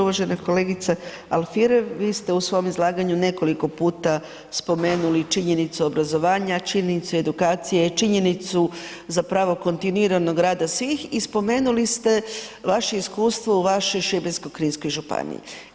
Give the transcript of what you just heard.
Uvažena kolegica Alfirev, vi ste u svom izlaganju nekoliko puta spomenuli činjenicu obrazovanja, činjenicu edukacije, činjenicu zapravo kontinuiranog rada svih i spomenuli ste vaše iskustvo u vašoj Šibensko-kninskoj županiji.